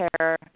care